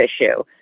issue